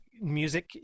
music